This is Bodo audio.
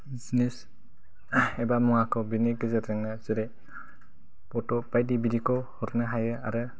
जिनिस एबा मुवाखौ बेनि गेजेरजोंनो जेरै फट' बायदि बिदिखौ हरनो हायो आरो